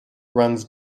runs